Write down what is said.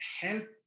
help